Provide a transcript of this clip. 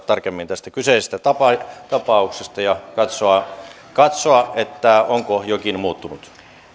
tarkemmin tästä kyseisestä tapauksesta tapauksesta ja katsoa katsoa onko jokin muuttunut